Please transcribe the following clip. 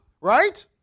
right